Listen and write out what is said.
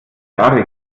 jahre